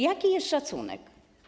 Jaki jest szacunek?